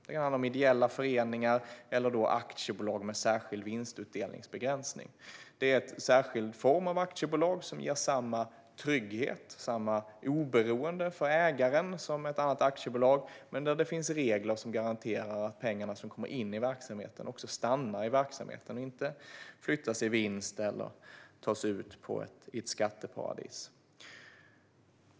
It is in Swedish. Det handlar om ideella föreningar eller aktiebolag med särskild vinstutdelningsbegränsning. Det är en särskild form av aktiebolag som ger samma trygghet och samma oberoende för ägaren som ett annat aktiebolag, men där det finns regler som garanterar att pengarna som kommer in i verksamheten och vinsten också stannar där och inte flyttas till och tas ut i ett skatteparadis.